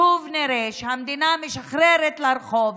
שוב נראה שהמדינה משחררת לרחוב,